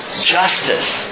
justice